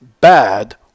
bad